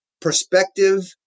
Perspective